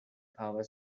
power